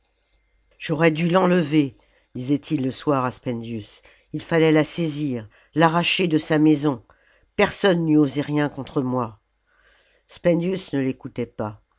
j'aurais dû l'enlever disait-il le soir à spendius ii fallait la saisir l'arracher de sa maison personne n'eût osé rien contre moi spendius ne l'écoutait pas